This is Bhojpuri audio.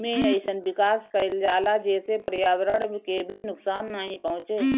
एमे अइसन विकास कईल जाला जेसे पर्यावरण के भी नुकसान नाइ पहुंचे